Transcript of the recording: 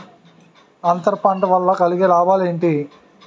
అంతర పంట వల్ల కలిగే లాభాలు ఏంటి